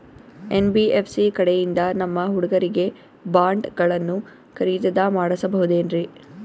NBFC ಕಡೆಯಿಂದ ನಮ್ಮ ಹುಡುಗರಿಗೆ ಬಾಂಡ್ ಗಳನ್ನು ಖರೀದಿದ ಮಾಡಬಹುದೇನ್ರಿ?